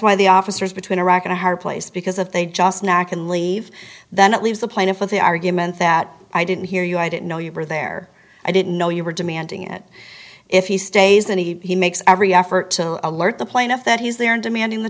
why the officers between a rock and a hard place because if they just knock and leave then it leaves the plaintiff with the argument that i didn't hear you i didn't know you were there i didn't know you were demanding it if he stays and he makes every effort to alert the plaintiff that he's there and demanding the